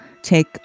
take